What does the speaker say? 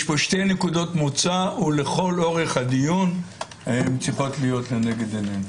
יש פה שתי נקודות מוצא ולאורך כל הדיון הן צריכות להיות לנגד עינינו.